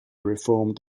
reformed